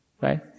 Right